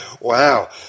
Wow